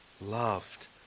loved